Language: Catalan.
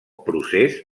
procés